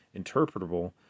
interpretable